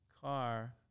Car